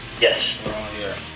Yes